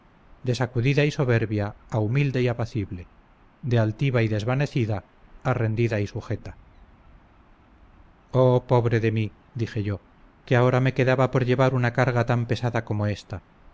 de sacudida y soberbia a humilde y apacible de altiva y desvanecida a rendida y sujeta o pobre de mí dije yo que ahora me quedaba por llevar una carga tan pesada como esta